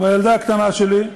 הילדה הקטנה שלי,